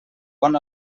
bon